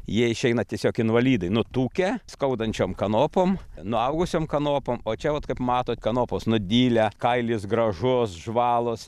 jie išeina tiesiog invalidai nutukę skaudančiom kanopom nuaugusiom kanopom o čia vat kaip matot kanopos nudilę kailis gražus žvalūs